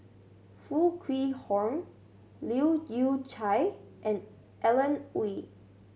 Foo Kwee Horng Leu Yew Chye and Alan Oei